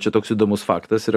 čia toks įdomus faktas yra